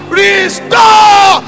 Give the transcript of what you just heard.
restore